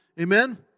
Amen